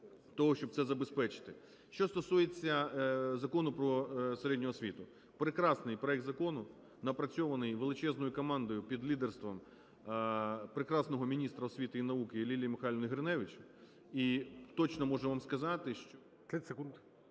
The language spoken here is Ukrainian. Що стосується Закону про середню освіту – прекрасний проект закону, напрацьований величезною командою під лідерством прекрасного міністра освіти і науки Лілії Михайлівни Гриневич. І точно можу вам сказати, що...